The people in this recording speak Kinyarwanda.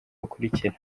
bukurikira